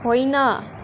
होइन